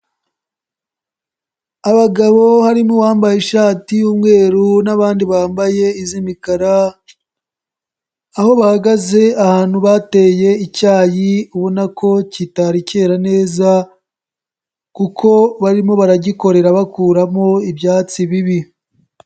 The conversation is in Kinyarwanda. Abagabo harimo uwambaye ishati y'umweru n'abandi bambaye iz'imikara aho bahagaze ahantu bateye icyayi ubona ko kitari kera neza kuko barimo baragikorera bakuramo ibyatsi bibi.